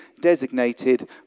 designated